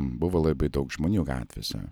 buvo labai daug žmonių gatvėse